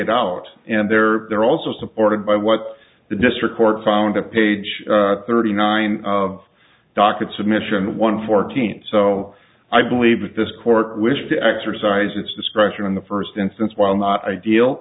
laid out and they're they're also supported by what the district court found a page thirty nine of docket submission one fourteenth so i believe this court wish to exercise its discretion in the first instance while not ideal